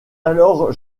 alors